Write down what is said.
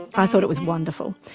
i thought it was wonderful.